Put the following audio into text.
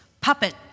Puppet